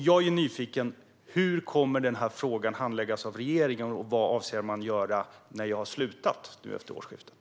Jag är nyfiken: Hur kommer frågan att handläggas av regeringen, och vad avser man att göra när jag har slutat efter årsskiftet?